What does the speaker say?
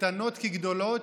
קטנות כגדולות,